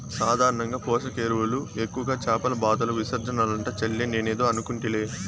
సాధారణంగా పోషక ఎరువులు ఎక్కువగా చేపల బాతుల విసర్జనలంట చెల్లే నేనేదో అనుకుంటిలే